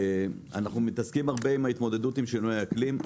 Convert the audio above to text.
אנחנו מתעסקים הרבה עם ההתמודדות עם שינויי האקלים,